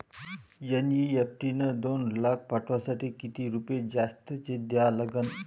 NEFT न दोन लाख पाठवासाठी किती रुपये जास्तचे द्या लागन?